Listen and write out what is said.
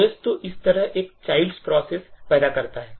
OS तो इस तरह एक childs process पैदा करेगा